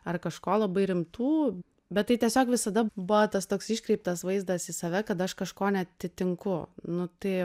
ar kažko labai rimtų bet tai tiesiog visada buvo tas toks iškreiptas vaizdas save kad aš kažko neatitinku nu tai